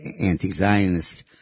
anti-Zionist